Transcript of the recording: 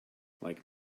like